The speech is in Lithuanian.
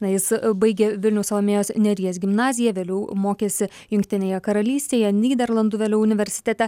na jis baigė vilniaus salomėjos nėries gimnaziją vėliau mokėsi jungtinėje karalystėje nyderlandų vėliau universitete